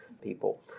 people